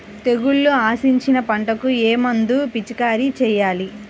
తెగుళ్లు ఆశించిన పంటలకు ఏ మందు పిచికారీ చేయాలి?